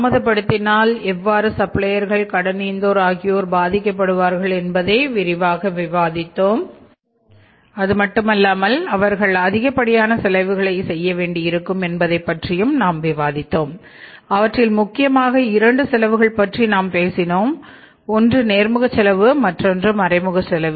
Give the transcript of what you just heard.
தாமதப்படுத்தினால் எவ்வாறு சப்ளையர்கள் கடனீந்தோர் ஆகியோர் பாதிக்கப்படுவார்கள் என்பதை விரிவாக விவாதித்தோம் அதுமட்டுமல்லாமல் அவர்கள் அதிகப்படியான செலவுகளை செய்ய வேண்டியிருக்கும் என்பதை பற்றியும் நாம் விவாதித்தோம் அவற்றில் முக்கியமாக இரண்டு செலவுகள் பற்றி நாம் பேசினோம் ஒன்று நேர்முக செலவு மற்றொன்று மறைமுக செலவு